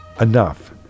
enough